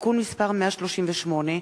(תיקון מס' 138)